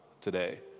today